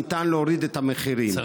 ניתן להוריד את המחירים.